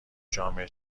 جامعه